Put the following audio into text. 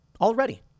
Already